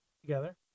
together